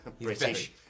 British